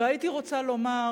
והייתי רוצה לומר,